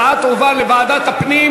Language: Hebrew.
הצעת חוק לתיקון פקודת בתי-הסוהר (מס' 48)